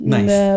Nice